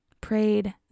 prayed